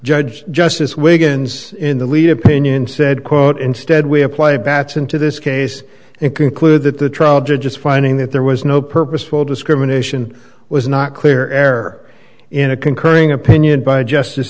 judge justice wiggins in the lead opinion said quote instead we apply a batson to this case and conclude that the trial judge just finding that there was no purposeful discrimination was not clear air in a concurring opinion by justice